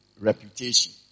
reputation